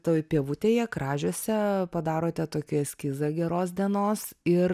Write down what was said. toj pievutėje kražiuose padarote tokį eskizą geros dienos ir